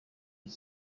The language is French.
dix